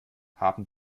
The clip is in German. haben